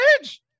edge